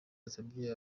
yasabye